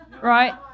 right